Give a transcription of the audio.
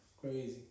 Crazy